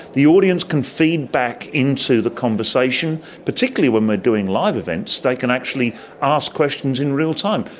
the audience can feed back into the conversation, particularly when we are doing live events, they can actually ask questions in real time.